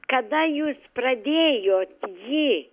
kada jūs pradėjot jį